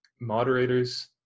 moderators